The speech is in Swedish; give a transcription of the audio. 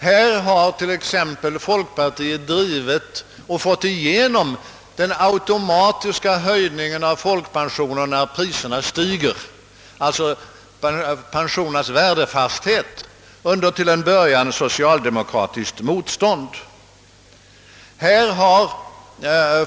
Här har t.ex. folkpartiet drivit och fått igenom förslaget om den automatiska höjningen av folkpensionerna när priserna stiger, dvs. pensionernas värdefasthet, till en början under socialdemokratiskt motstånd.